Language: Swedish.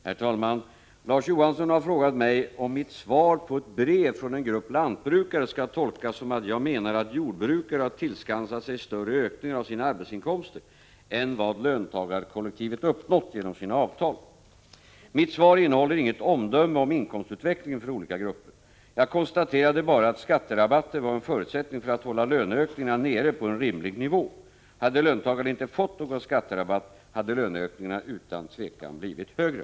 Herr talman! Larz Johansson har frågat mig om mitt svar på ett brev från en grupp lantbrukare skall tolkas som att jag menar att jordbrukare har tillskansat sig större ökningar av sina arbetsinkomster än vad löntagarkollektivet uppnått genom sina avtal. Mitt svar innehåller inget omdöme om inkomstutvecklingen för olika grupper. Jag konstaterade bara att skatterabatten var en förutsättning för att hålla löneökningarna nere på en rimlig nivå. Hade löntagarna inte fått någon skatterabatt hade löneökningarna utan tvekan blivit högre.